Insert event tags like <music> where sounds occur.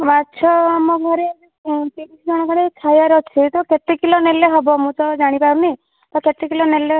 ମାଛ ଆମ ଘରେ <unintelligible> ତିରିଶ ଜଣ ଖଣ୍ଡେ ଖାଇବାର ଅଛି ସେଇଠୁ ତ କେତେ କିଲୋ ନେଲେ ହେବ ମୁଁ ତ ଜାଣିପାରୁନି କେତେ କିଲୋ ନେଲେ ହେବ